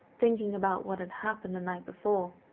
thinking about what had happened the night before,